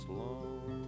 long